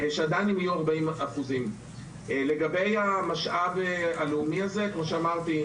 ושהם עדיין יהיו 40%. לגבי המשאב הלאומי הזה - כמו שאמרתי,